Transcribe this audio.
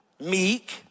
meek